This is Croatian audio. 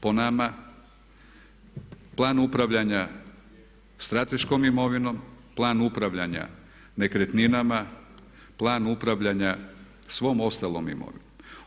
Po nama plan upravljanja strateškom imovinom, plan upravljanja nekretninama, plan upravljanja svom ostalom imovinom.